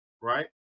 right